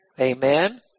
Amen